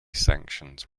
sanctions